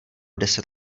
deset